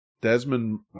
Desmond